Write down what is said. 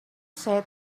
said